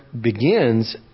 begins